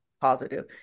positive